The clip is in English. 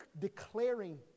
declaring